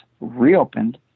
reopened